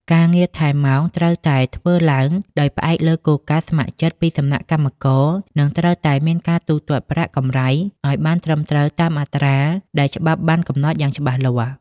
ការងារថែមម៉ោងត្រូវតែធ្វើឡើងដោយផ្អែកលើគោលការណ៍ស្ម័គ្រចិត្តពីសំណាក់កម្មករ និងត្រូវតែមានការទូទាត់ប្រាក់កម្រៃឱ្យបានត្រឹមត្រូវតាមអត្រាដែលច្បាប់បានកំណត់យ៉ាងច្បាស់លាស់។